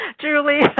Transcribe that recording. Julie